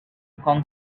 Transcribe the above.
kong